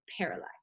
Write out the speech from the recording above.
paralyzed